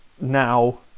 now